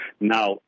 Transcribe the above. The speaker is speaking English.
Now